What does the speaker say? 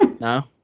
no